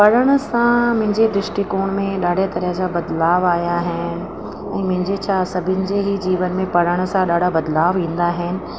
पढ़ण सां मुंहिंजे दृष्टिकोण में ॾाढे तरह जा बदलाव आया आहिनि हू मुंहिंजे छा सभिनि जे ई जीवन में पढ़ण सां ॾाढा बदलाव ईंदा आहिनि